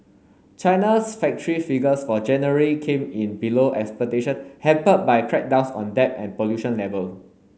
China's factory figures for January came in below expectation hampered by crackdowns on debt and pollution level